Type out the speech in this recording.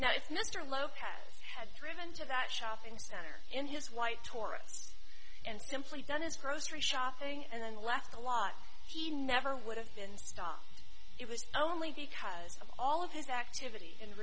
now if mr lopez had driven to that shopping center in his white taurus and simply done his grocery shopping and then left the lot he never would have been stopped it was only because of all of his activity